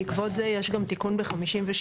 בעקבות זה יש גם תיקון ב-52,